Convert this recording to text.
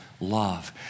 love